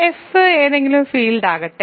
F ഏതെങ്കിലും field ആകട്ടെ